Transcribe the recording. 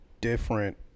different